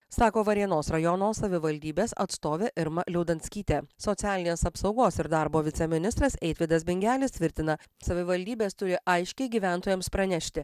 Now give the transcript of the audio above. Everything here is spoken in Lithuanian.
sako varėnos rajono savivaldybės atstovė irma liaudanskytė socialinės apsaugos ir darbo viceministras eitvydas bingelis tvirtina savivaldybės turi aiškiai gyventojams pranešti